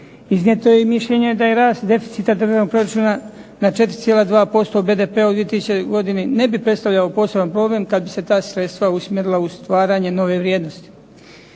Iznijeto je i mišljenje da je rast deficita državnog proračuna na 4,2% BDP-a u …/Ne razumije se./… ne bi predstavljao poseban problem kad bi se ta sredstva usmjerila u stvaranje nove vrijednosti.